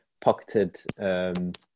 pocketed